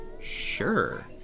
Sure